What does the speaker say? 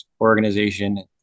organization